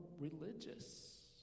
religious